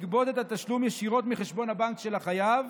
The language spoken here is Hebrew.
לגבות את התשלום ישירות מחשבון הבנק של החייב,